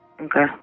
Okay